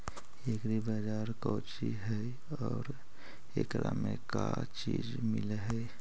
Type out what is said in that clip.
Agri बाजार कोची हई और एकरा में का का चीज मिलै हई?